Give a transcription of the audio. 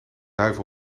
duif